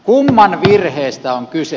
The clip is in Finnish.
kumman virheestä on kyse